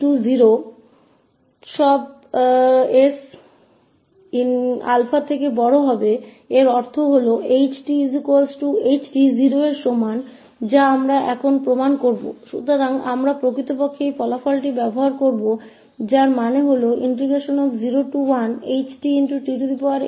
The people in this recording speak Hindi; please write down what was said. तो हम क्या अब यह सिद्ध करना है कि हम जब 0e sth𝑡𝑑t 𝛼 से बड़े सभी s के लिए 0 के बराबर है तो इसका मतलब है कि ℎ𝑡 0 के बराबर है जिसे अब हम सिद्ध करेंगे